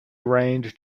reigned